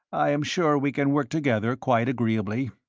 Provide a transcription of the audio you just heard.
i am sure we can work together quite agreeably.